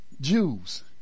Jews